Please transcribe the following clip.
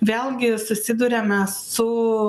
vėlgi susiduriame su